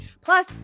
Plus